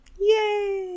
Yay